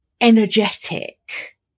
energetic